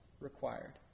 required